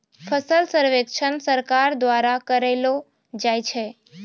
फसल सर्वेक्षण सरकार द्वारा करैलो जाय छै